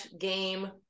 game